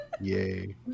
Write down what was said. Yay